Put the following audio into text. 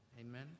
Amen